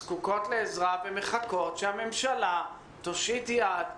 זקוקות לעזרה, ומחכות שהממשלה תושיט יד.